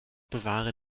bewahre